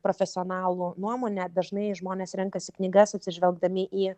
profesionalų nuomonę dažnai žmonės renkasi knygas atsižvelgdami į